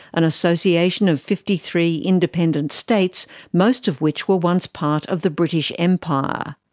an association of fifty three independent states, most of which were once part of the british empire.